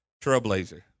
trailblazer